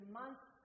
months